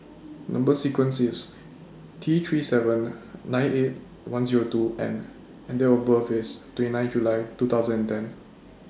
Number sequence IS T three seven nine eight one Zero two N and Date of birth IS twenty nine July two thousand and ten